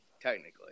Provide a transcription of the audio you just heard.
technically